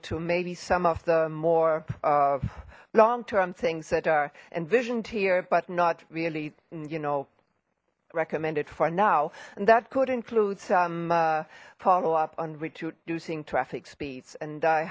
to maybe some of the more of long term things that are envisioned here but not really you know recommended for now and that could include some follow up on reducing traffic speeds and i